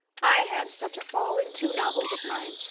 i had such a fall in two novels of mine,